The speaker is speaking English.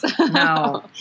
No